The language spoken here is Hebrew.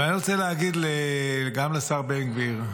אבל אני רוצה להגיד גם לשר בן גביר,